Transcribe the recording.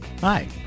Hi